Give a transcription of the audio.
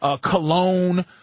cologne